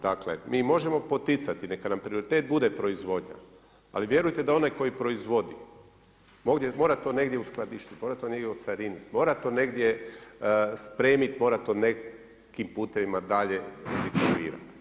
Dakle mi možemo poticati, neka nam prioritet bude proizvodnja ali vjerujte da onaj koji proizvodi, mora to negdje uskladištiti, mora to negdje ocariniti, mora to negdje spremiti, mora to nekim putevima dalje distribuirati.